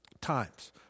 times